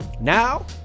Now